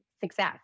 success